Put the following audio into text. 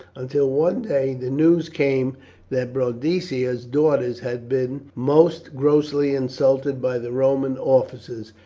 until one day the news came that boadicea's daughters had been most grossly insulted by the roman officers,